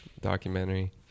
documentary